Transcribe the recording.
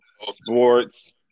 sports